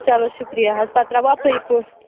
چلو شُکریہ حظ پَتہٕ ترٛاوَو اَپٲری پۄنٛسہٕ تہِ